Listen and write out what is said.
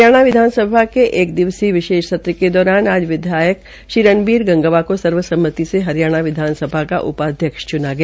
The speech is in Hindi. हरियाणा विधानसभा के एक दिवसीय विशेष सत्र के दौरान आज विधायक श्री रणबीर गंगवा को सर्वसम्मति से हरियाणा विधानसभा का उपाध्यक्ष च्ना गया